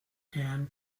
anne